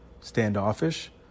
standoffish